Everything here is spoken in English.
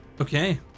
Okay